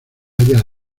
halla